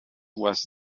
was